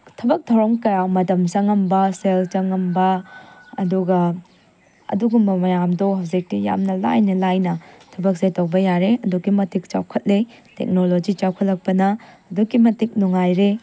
ꯊꯕꯛ ꯊꯧꯔꯝ ꯀꯌꯥ ꯃꯇꯝ ꯆꯪꯉꯝꯕ ꯁꯦꯜ ꯆꯪꯉꯝꯕ ꯑꯗꯨꯒ ꯑꯗꯨꯒꯨꯝꯕ ꯃꯌꯥꯝꯗꯣ ꯍꯧꯖꯤꯛꯇꯤ ꯌꯥꯝꯅ ꯂꯥꯏꯅ ꯂꯥꯏꯅ ꯊꯕꯛꯁꯦ ꯇꯧꯕ ꯌꯥꯔꯦ ꯑꯗꯨꯛꯀꯤ ꯃꯇꯤꯛ ꯆꯥꯎꯈꯠꯂꯦ ꯇꯦꯛꯅꯣꯂꯣꯖꯤ ꯆꯥꯎꯈꯠꯂꯛꯄꯅ ꯑꯗꯨꯛꯀꯤ ꯃꯇꯤꯛ ꯅꯨꯡꯉꯥꯏꯔꯦ